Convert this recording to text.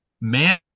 Man